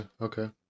okay